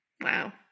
Wow